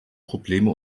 probleme